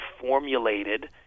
formulated